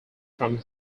from